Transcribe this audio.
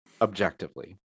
objectively